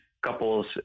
couples